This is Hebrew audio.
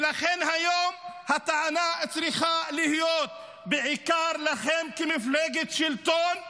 ולכן היום הטענה צריכה להיות בעיקר אליכם כמפלגת שלטון,